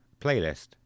playlist